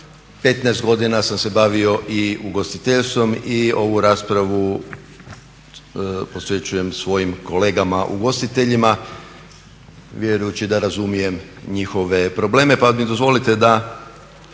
15 godina sam se bavio i ugostiteljstvom i ovu raspravu posvećujem svojim kolegama ugostiteljima vjerujući da razumijem njihove probleme. Pa mi dozvolite da